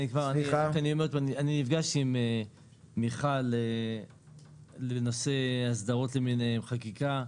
אני נפגש עם מיכל בנושא הסדרות למיניהן, חקיקה.